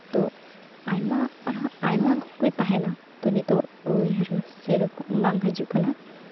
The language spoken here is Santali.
ᱛᱳ ᱟᱭᱢᱟ ᱟᱨᱦᱚᱸ ᱟᱭᱢᱟ ᱚᱠᱚᱡ ᱛᱟᱦᱮᱱᱟ ᱛᱳ ᱱᱤᱛᱚᱜ ᱩᱭᱦᱟᱹᱨ ᱥᱮᱭ ᱨᱮᱠᱚᱢ ᱵᱟᱝ ᱦᱤᱡᱩᱜ ᱠᱟᱱᱟ